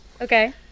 okay